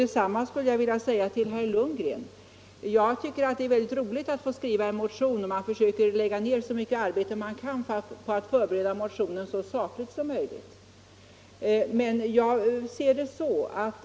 Detsamma skulle jag vilja säga till herr Lundgren. Jag tycker att det är mycket roligt att få skriva en motion, och man försöker lägga ned så mycket arbete man kan på att förbereda motionen så sakligt som möjligt.